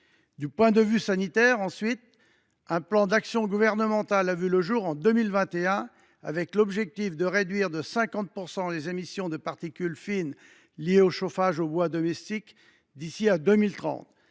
D’un point de vue sanitaire, un plan d’action gouvernemental a vu le jour en 2021, ayant pour objectif de réduire de 50 % les émissions de particules fines liées au chauffage au bois domestique d’ici à 2030.